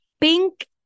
pink